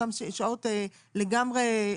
אותן שעות לגמרי,